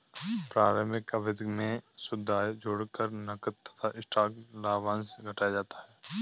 प्रारंभिक अवधि में शुद्ध आय जोड़कर नकद तथा स्टॉक लाभांश घटाया जाता है